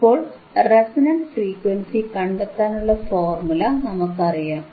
ഇപ്പോൾ resonant frequency കണ്ടെത്താനുള്ള formula നമുക്കറിയാം